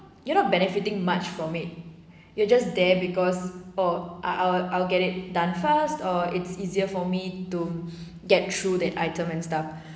you're not benefiting much from it you're just there because or I I'll I'll get it done fast or it's easier for me to get through that item and stuff